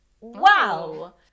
Wow